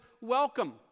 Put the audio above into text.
welcome